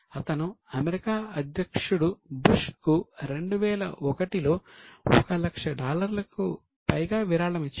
అతను అమెరికా అధ్యక్షుడు బుష్ కు 2001 లో 1 లక్ష డాలర్లకు పైగా విరాళం ఇచ్చాడు